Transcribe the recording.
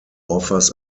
offers